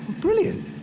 Brilliant